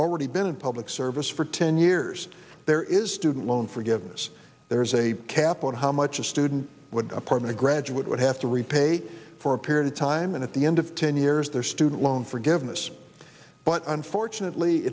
already been in public service for ten years there is student loan forgiveness there's a cap on how much a student would apartment a graduate would have to repay for a period time and at the end of ten years their student loan forgiveness but unfortunately